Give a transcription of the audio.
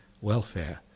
welfare